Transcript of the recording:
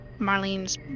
Marlene's